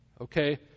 Okay